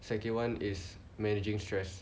second one is managing stress